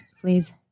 please